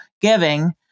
giving